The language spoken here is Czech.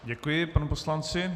Děkuji panu poslanci.